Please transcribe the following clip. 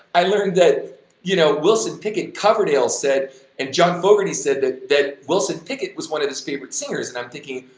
i learned that you know wilson pickett, coverdale said and john fogerty said that that wilson pickett was one of his favorite singers and i'm thinking,